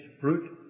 fruit